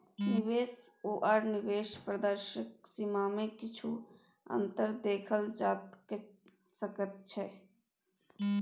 निवेश आओर निवेश प्रदर्शनक सीमामे किछु अन्तर देखल जा सकैत छै